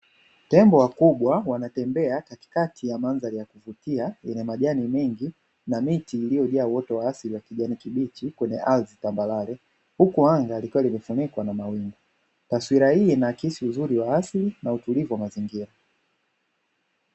Tembo wa kubwa wanatembea katikati ya mandhari ya kuvutia yenye majani mengi na miti iliyojaa uoto wa asili wa kijani kibichi kwenye tambarare, huku anga likiwa limefunikwa na mawingu; taswira hii inaakisi uzuri wa asili na utulivu wa mazingira.